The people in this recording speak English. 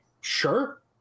sure